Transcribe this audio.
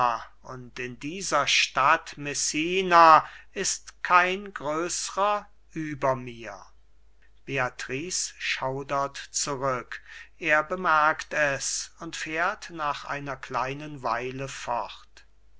und in dieser stadt messina ist kein größrer über mir beatrice schaudert zurück er bemerkt es und fährt nach einer kleinen weile fort